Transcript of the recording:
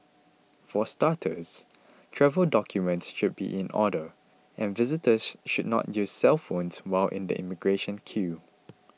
for starters travel documents should be in order and visitors should not use cellphones while in the immigration queue